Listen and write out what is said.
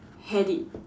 had it